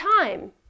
time